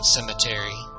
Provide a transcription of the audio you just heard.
Cemetery